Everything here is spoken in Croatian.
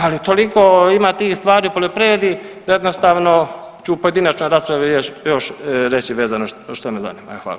Ali toliko ima tih stvari u poljoprivredi da jednostavno ću u pojedinačnoj raspravi još reći vezano što me zanima.